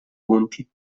punti